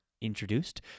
introduced